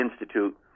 Institute